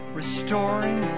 restoring